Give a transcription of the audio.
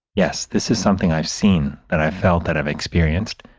yes, this is something i've seen that i've felt that i've experienced.